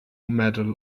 medal